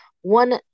one